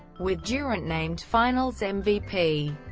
with durant named finals and mvp.